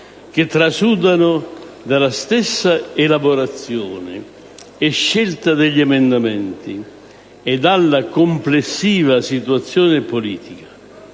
che trasudano dalla stessa elaborazione e scelta degli emendamenti e della complessiva situazione politica,